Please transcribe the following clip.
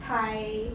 hi